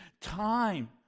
time